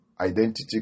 identity